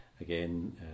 again